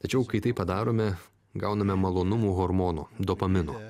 tačiau kai tai padarome gauname malonumų hormono dopamino